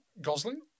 Gosling